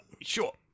sure